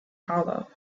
hollow